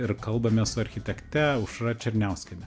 ir kalbamės su architekte aušra černiauskiene